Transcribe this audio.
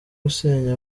gusenya